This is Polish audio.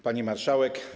Pani Marszałek!